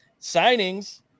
signings